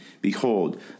Behold